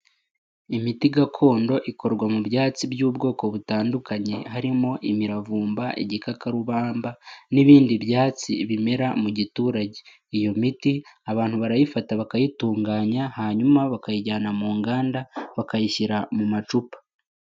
Imiti gakondo ikorwa mu byatsi by'ubwoko butandukanye, harimo imiravumba, igikakarubamba n'ibindi byatsi bimera mu giturage. Iyo miti abantu barayifata bakayitunganya hanyuma bakayijyana mu nganda, bakayishyira mu macupa.